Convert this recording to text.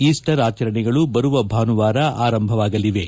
Easter ಆಚರಣೆಗಳು ಬರುವ ಭಾನುವಾರ ಆರಂಭವಾಗಲಿವೆ